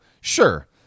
sure